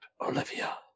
Olivia